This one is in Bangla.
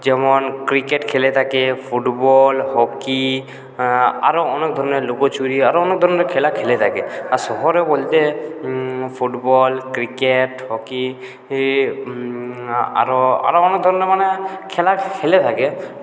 যেমন ক্রিকেট খেলে থাকে ফুটবল হকি আরও অনেক ধরনের লুকোচুরি আরও অনেক ধরনের খেলা খেলে থাকে আর শহরে বলতে ফুটবল ক্রিকেট হকি আরও আরও অনেক ধরনের মানে খেলা খেলে থাকে